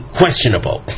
questionable